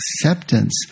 acceptance